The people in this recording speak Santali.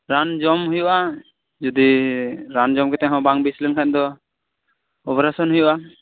ᱨᱟᱱ ᱡᱚᱢ ᱦᱩᱭᱩᱜ ᱟ ᱡᱚᱫᱤ ᱨᱟᱱ ᱡᱚᱢ ᱠᱟᱛᱮ ᱦᱚᱸ ᱵᱟᱝ ᱵᱮᱥ ᱞᱮᱱ ᱠᱷᱟᱱ ᱫᱚ ᱚᱯᱟᱨᱮᱥᱚᱱ ᱦᱩᱭᱩᱜ ᱟ